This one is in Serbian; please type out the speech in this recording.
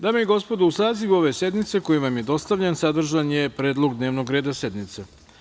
Dame i gospodo, u sazivu ove sednice, koji vam je dostavljen, sadržane je predlog dnevnog reda sednice.